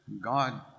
God